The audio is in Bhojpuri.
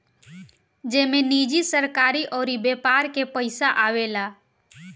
जेमे निजी, सरकारी अउर व्यापार के पइसा आवेला